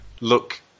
look